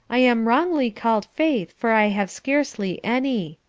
i am wrongly called faith, for i have scarcely any.